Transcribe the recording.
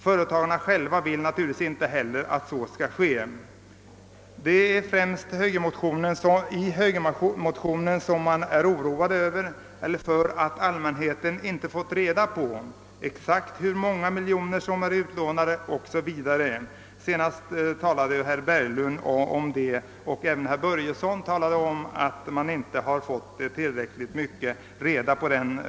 Företagarna själva vill naturligtvis inte heller att så skall ske. Det är främst högermotionärerna som är oroade över att allmänheten inte fått reda på exakt hur många miljoner som lånats ut. Men i debatten här har både herr Berglund och herr Börjesson i Glömminge gjort gällande, att allmänheten inte erhållit tillräcklig information.